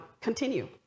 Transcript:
continue